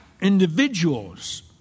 individuals